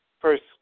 first